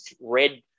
red